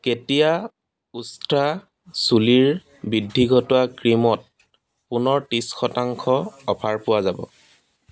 কেতিয়া উষ্ট্ৰা চুলিৰ বৃদ্ধি ঘটোৱা ক্ৰীমত পুনৰ ত্ৰিছ শতাংশ অফাৰ পোৱা যাব